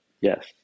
Yes